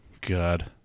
God